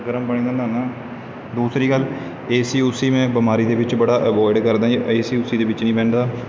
ਗਰਮ ਪਾਣੀ ਨਾਲ ਨਹਾਉਂਦਾ ਦੂਸਰੀ ਗੱਲ ਏ ਸੀ ਊਸੀ ਮੈਂ ਬਿਮਾਰੀ ਦੇ ਵਿੱਚ ਬੜਾ ਅਵੋਇਡ ਕਰਦਾਂ ਏ ਸੀ ਊਸੀ ਦੇ ਵਿੱਚ ਨਹੀਂ ਬਹਿੰਦਾ